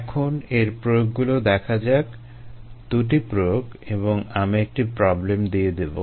এখন এর প্রয়োগগুলো দেখা যাক দুটি প্রয়োগ এবং আমি একটি প্রবলেম দিয়ে দেবো